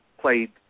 played